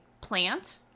plant